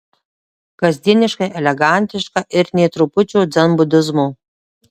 kasdieniškai elegantiška ir nė trupučio dzenbudizmo